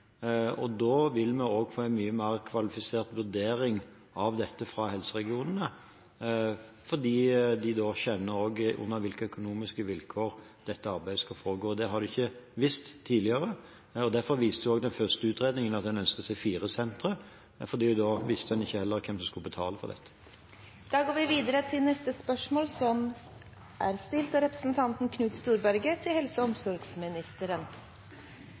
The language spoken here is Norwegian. og da vil vi også få en mye mer kvalifisert vurdering av dette fra helseregionene – fordi de skjønner under hvilke økonomiske vilkår dette arbeidet skal foregå. Det har de ikke visst tidligere, derfor viste den første utredningen at en ønsket seg fire sentre – for da visste en ikke heller hvem som skulle betale for dette. «På bakgrunn av en stram økonomisk situasjon foretas nå en kraftfull gjennomgang av strukturen i Sykehuset Innlandet. Det er en risiko for at det samlede sykehustilbudet for barn og